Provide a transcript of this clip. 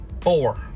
Four